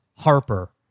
Harper